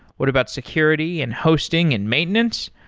what about security and hosting and maintenance?